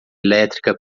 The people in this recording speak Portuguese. elétrica